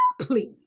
please